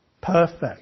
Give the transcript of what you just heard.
perfect